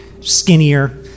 skinnier